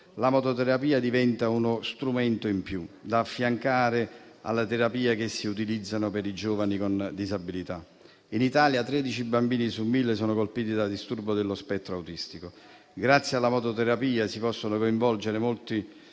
la mototerapia diventa uno strumento in più da affiancare alle terapie che si utilizzano per i giovani con disabilità. In Italia 13 bambini su 1.000 sono colpiti da disturbo dello spettro autistico. Grazie alla mototerapia, si possono coinvolgere